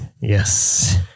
Yes